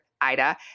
Ida